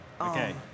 Okay